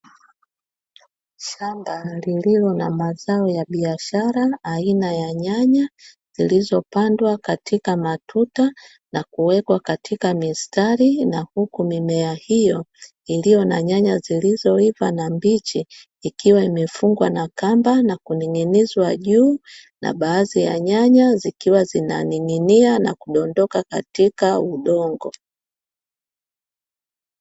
Shamba lililo na mazao ya biashara aina ya nyanya, zilizopandwa katika matuta na kuwekwa katika mistari. Na huku mimea hiyo iliyo na nyanya zilizoiva na mbichi ikiwa imefungwa na kamba na kuning'inizwa juu, na baadhi ya nyanya zikiwa zinaning'inia na kudondoka katika udongo.